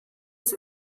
ist